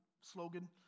slogan